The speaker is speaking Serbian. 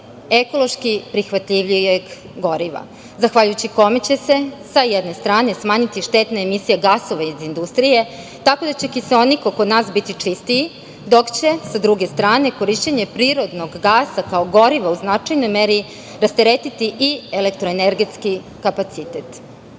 ekološki prihvatljivijeg goriva, zahvaljujući kome će se, sa jedne strane, smanjiti štetna emisija gasova iz industrije, tako da će kiseonik oko nas biti čistiji, dok će, sa druge strane, korišćenje prirodnog gasa, kao goriva, u značajnoj meri rasteretiti i elektroenergetski kapacitet. Dolazak